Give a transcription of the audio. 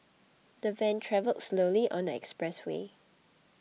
the van travelled slowly on the expressway